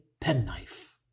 penknife